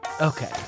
Okay